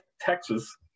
Texas